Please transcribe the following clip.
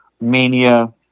Mania